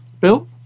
Bill